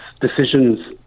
decisions